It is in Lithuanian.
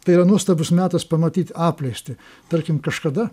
tai yra nuostabus metas pamatyt apleistį tarkim kažkada